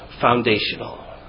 foundational